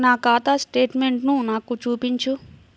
నా ఖాతా స్టేట్మెంట్ను నాకు చూపించు